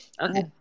Okay